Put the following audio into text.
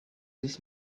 this